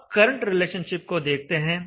अब current relationship को देखते हैं